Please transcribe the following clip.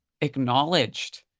acknowledged